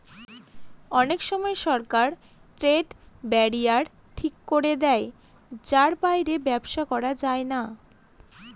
অনেক সময় সরকার ট্রেড ব্যারিয়ার ঠিক করে দেয় যার বাইরে ব্যবসা করা যায় না